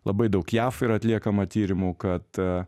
labai daug jav yra atliekama tyrimų kad